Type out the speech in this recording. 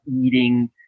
eating